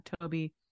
Toby